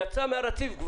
יצאה מהרציף.